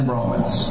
Romans